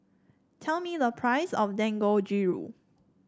tell me the price of Dangojiru